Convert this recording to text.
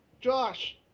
Josh